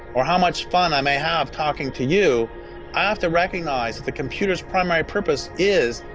or how much fun i may have talking to you, i have to recognise that the computer's primary purpose is,